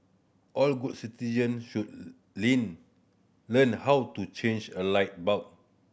all good citizens should learn how to change a light bulb